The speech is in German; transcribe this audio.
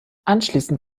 anschließend